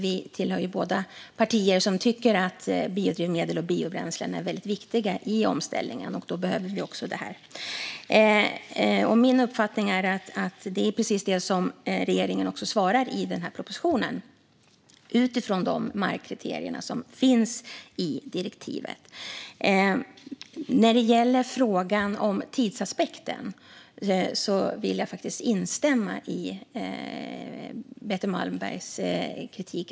Vi tillhör ju båda partier som tycker att biodrivmedel och biobränslen är väldigt viktiga i omställningen, och då behöver vi också detta. Min uppfattning är att det är precis det som regeringen svarar i denna proposition, utifrån de markkriterier som finns i direktivet. När det gäller frågan om tidsaspekten vill jag faktiskt instämma i Betty Malmbergs kritik.